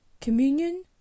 communion